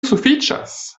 sufiĉas